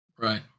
Right